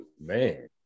man